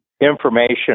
information